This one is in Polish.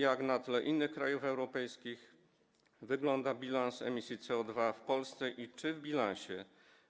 Jak na tle innych krajów europejskich wygląda bilans emisji CO2 w Polsce i czy w bilansie